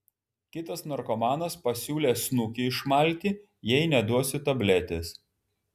kitas narkomanas pasiūlė snukį išmalti jei neduosiu tabletės